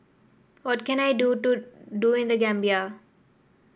what can I do to do in The Gambia